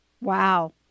Wow